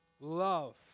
Love